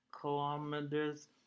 kilometers